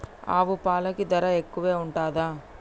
ఆవు పాలకి ధర ఎక్కువే ఉంటదా?